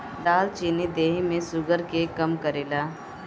दालचीनी देहि में शुगर के कम करेला